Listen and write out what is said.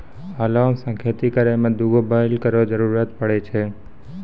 हलो सें खेती करै में दू गो बैल केरो जरूरत पड़ै छै